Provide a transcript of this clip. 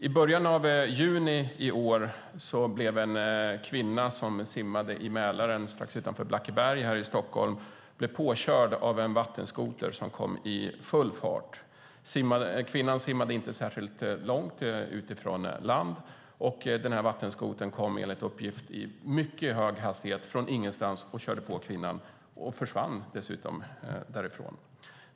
I början av juni i år blev en kvinna som simmade i Mälaren strax utanför Blackeberg här i Stockholm påkörd av en vattenskoter som kom i full fart. Kvinnan simmade inte särskilt långt från land, och den här vattenskotern kom enligt uppgift i mycket hög hastighet från ingenstans, körde på kvinnan och försvann därifrån.